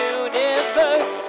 universe